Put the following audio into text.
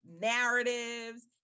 narratives